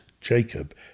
Jacob